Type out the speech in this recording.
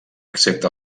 excepte